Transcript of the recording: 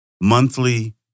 monthly